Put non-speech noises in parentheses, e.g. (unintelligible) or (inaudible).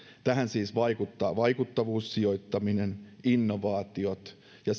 tähän vaikuttavat siis vaikuttavuussijoittaminen innovaatiot ja (unintelligible)